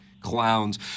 clowns